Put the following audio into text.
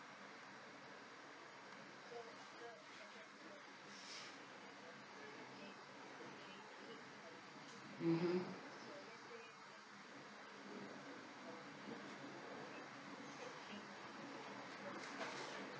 mmhmm